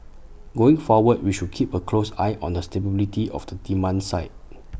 going forward we should keep A close eye on the stability of the demand side